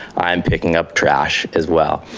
i'm picking up trash as well.